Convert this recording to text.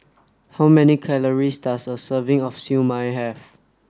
how many calories does a serving of Siew Mai have